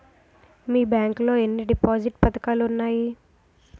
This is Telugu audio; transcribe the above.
మీ బ్యాంక్ లో ఎన్ని డిపాజిట్ పథకాలు ఉన్నాయి?